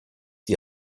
die